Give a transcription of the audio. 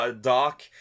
doc